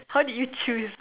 how did you choose